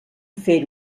fer